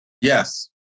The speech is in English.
Yes